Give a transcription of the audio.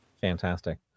Fantastic